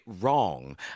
wrong